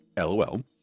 Lol